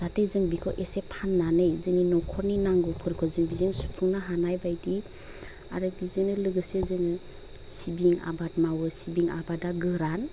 जाहाथे जों बेखौ एसे फाननानै जोंनि नखरनि नांगौफोरखौ जों बिजों सुफुंनो हानायबायदि आरो बिजोंनो लोगोसे जोङो सिबिं आबाद मावो सिबिं आबादा गोरान